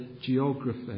geography